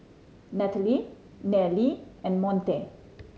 Nnathaly Nellie and Monte